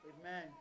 Amen